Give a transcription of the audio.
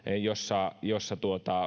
jossa jossa